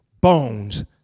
bones